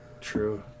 True